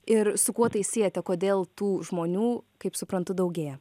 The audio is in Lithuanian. ir su kuo tai siejate kodėl tų žmonių kaip suprantu daugėja